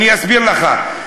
אסביר לך.